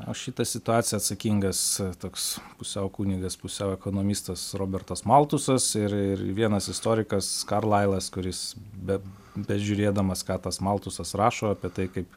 už šitą situaciją atsakingas toks pusiau kunigas pusiau ekonomistas robertas maltusas ir ir vienas istorikas karlailas kuris be bežiūrėdamas ką tas maltusas rašo apie tai kaip